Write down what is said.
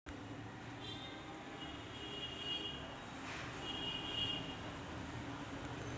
चलनविषयक सुधारणा हे पैशाच्या पुरवठ्याची नवीन प्रणाली प्रस्तावित करण्याचे तत्त्व आहे